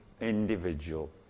individual